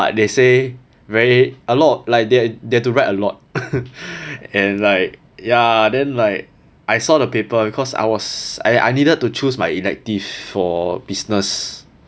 but they say very a lot like they they have to write a lot and like ya then like I saw the paper because I was I I needed to choose my elective for business